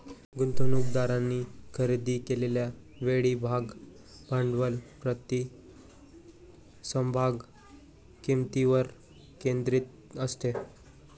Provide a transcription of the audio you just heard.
गुंतवणूकदारांनी खरेदी केलेल्या वेळी भाग भांडवल प्रति समभाग किंमतीवर केंद्रित असते